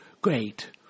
great